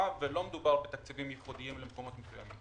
ולא מדובר בתקציבים ייחודיים למקומות מסוימים.